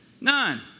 None